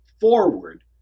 forward